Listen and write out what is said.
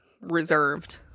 reserved